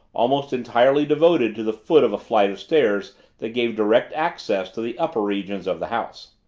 almost entirely devoted to the foot of a flight of stairs that gave direct access to the upper regions of the house.